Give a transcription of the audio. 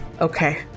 Okay